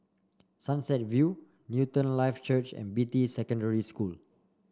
Sunset View Newton Life Church and Beatty Secondary School